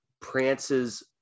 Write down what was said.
prances